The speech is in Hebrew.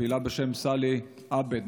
פעילה בשם סאלי עבד,